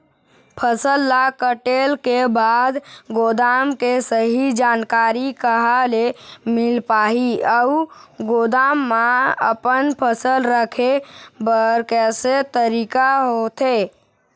फसल ला कटेल के बाद गोदाम के सही जानकारी कहा ले मील पाही अउ गोदाम मा अपन फसल रखे बर कैसे तरीका होथे?